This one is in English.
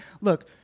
look